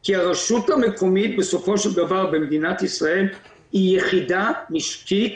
כי הרשות המקומית בסופו של דבר במדינת ישראל היא יחידה משקית